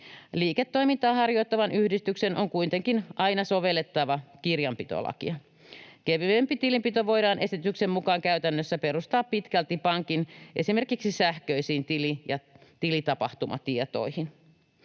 Liiketoimintaa harjoittavan yhdistyksen on kuitenkin aina sovellettava kirjanpitolakia. Kevyempi tilinpito voidaan esityksen mukaan käytännössä perustaa pitkälti pankin esimerkiksi sähköisiin tiliote- ja tilitapahtumatietoihin.